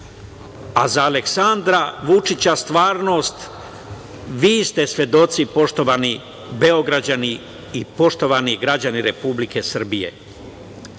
a za Aleksandra Vučića stvarnost. Vi ste svedoci, poštovani Beograđani i poštovani građani Republike Srbije. Tako